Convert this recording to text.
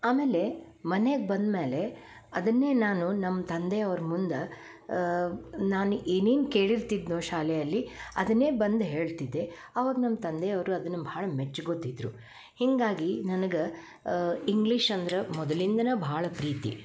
ಆಮೇಲೆ ಮನೆಗೆ ಬಂದ್ಮ್ಯಾಲೆ ಅದನ್ನೇ ನಾನು ನಮ್ಮ ತಂದೆಯವರ ಮುಂದೆ ನಾನು ಏನೇನು ಕೇಳಿರ್ತಿದ್ನೋ ಶಾಲೆಯಲ್ಲಿ ಅದನ್ನೇ ಬಂದು ಹೇಳ್ತಿದ್ದೆ ಅವಾಗ ನಮ್ಮ ತಂದೆಯವರು ಅದನ್ನ ಭಾಳ ಮೆಚ್ಕೊತಿದ್ದರು ಹೀಗಾಗಿ ನನಗೆ ಇಂಗ್ಲೀಷ್ ಅಂದ್ರ ಮೊದಲಿಂದನ ಭಾಳ ಪ್ರೀತಿ